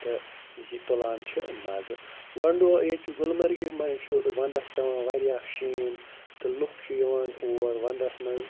تہٕ یہِ تُلان چھِ مَزٕ گنٛڈو ییٚتہِ چھِ گُلمرگی منٛز چھُ وَنٛدَس پٮ۪وان واریاہ شیٖن تہٕ لُکھ چھِ یِوان اور وَنٛدَس منٛز